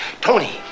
Tony